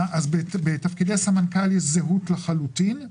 בתפקידי סמנכ"ל יש זהות לחלוטין.